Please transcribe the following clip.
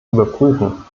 überprüfen